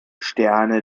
sterne